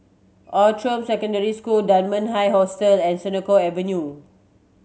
Outram Secondary School Dunman High Hostel and Senoko Avenue